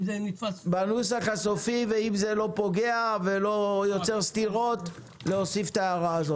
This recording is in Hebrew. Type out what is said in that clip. אם זה לא פוגע ולא יוצר סתירות יש להוסיף את ההערה הזאת.